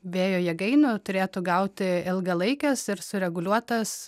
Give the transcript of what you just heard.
vėjo jėgainių turėtų gauti ilgalaikes ir sureguliuotas